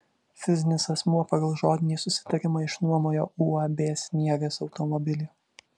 fizinis asmuo pagal žodinį susitarimą išnuomojo uab sniegas automobilį